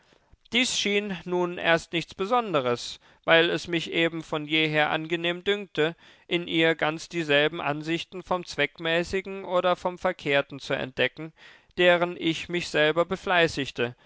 dies schien nun erst nichts besonderes weil es mich eben von jeher angenehm dünkte in ihr ganz dieselben ansichten vom zweckmäßigen oder vom verkehrten zu entdecken deren ich mich selber befleißigte